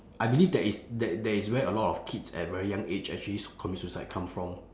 I believe that is that that is where a lot of kids at very young age actually commit suicide come from